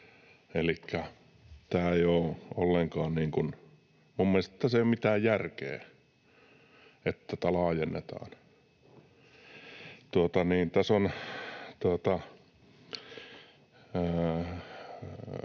minun mielestäni tässä ei ole mitään järkeä, että tätä laajennetaan.